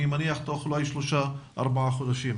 אני מניח תוך אולי שלושה-ארבעה חודשים.